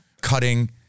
cutting